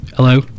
Hello